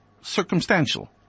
circumstantial